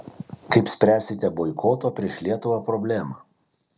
kaip spręsite boikoto prieš lietuvą problemą